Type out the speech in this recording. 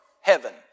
heaven